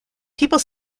people